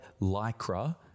Lycra